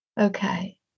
okay